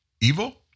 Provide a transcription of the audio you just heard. evil